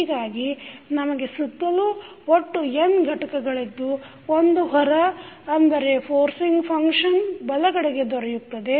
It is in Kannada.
ಹೀಗಾಗಿ ನಮಗೆ ಸುತ್ತಲೂ ಒಟ್ಟು n ಘಟಕಗಳಿದ್ದು ಒಂದು ಹೊರ ಅಂದರೆ ಫೋರ್ಸಿಂಗ್ ಫಂಕ್ಷನ್ ಬಲಗಡೆಗೆ ದೊರೆಯುತ್ತದೆ